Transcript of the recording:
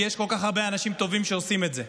כי יש כל כך הרבה אנשים טובים שעושים את זה,